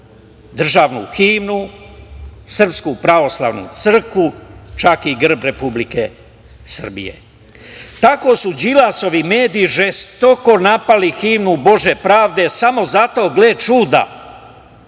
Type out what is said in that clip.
državnu himnu, SPC, čak i grb Republike Srbije. Tako su Đilasovi mediji žestoko napali himnu Bože pravde, samo zato, gle čuda,